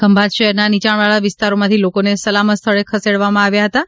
ખંભાત શહેરના નીચાણવાળા વિસ્તારોમાંથી લોકોને સલામત સ્થળે ખસેડવામાં આવ્યાં હતાં